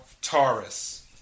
Taurus